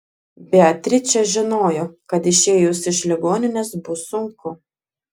beatričė žinojo kad išėjus iš ligoninės bus sunku